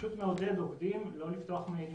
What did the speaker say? שמעודד עובדים לא לפתוח דואר אלקטרוני,